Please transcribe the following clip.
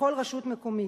בכל רשות מקומית.